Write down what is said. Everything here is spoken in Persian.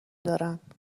دارند